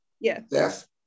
Yes